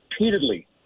repeatedly